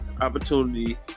Opportunity